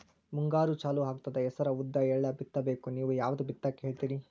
ಮುಂಗಾರು ಚಾಲು ಆಗ್ತದ ಹೆಸರ, ಉದ್ದ, ಎಳ್ಳ ಬಿತ್ತ ಬೇಕು ನೀವು ಯಾವದ ಬಿತ್ತಕ್ ಹೇಳತ್ತೀರಿ?